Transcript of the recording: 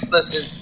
Listen